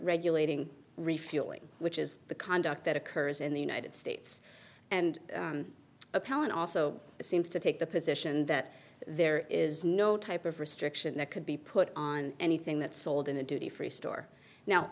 regulating refueling which is the conduct that occurs in the united states and appellant also seems to take the position that there is no type of restriction that could be put on anything that sold in a duty free store now